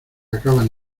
acaban